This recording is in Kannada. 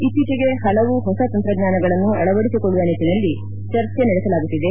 ಇತ್ತೀಚೆಗೆ ಹಲವು ಹೊಸ ತಂತ್ರಜ್ವಾನಗಳನ್ನು ಅಳವಡಿಸಿಕೊಳ್ಳುವ ನಿಟ್ಟನಲ್ಲಿ ಚರ್ಚೆ ನಡೆಸಲಾಗುತ್ತಿದೆ